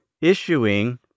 issuing